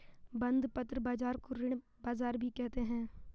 बंधपत्र बाज़ार को ऋण बाज़ार भी कहते हैं